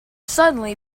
suddenly